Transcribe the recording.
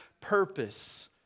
purpose